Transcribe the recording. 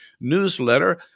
newsletter